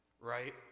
right